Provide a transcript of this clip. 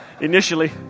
initially